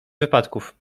wypadków